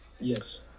yes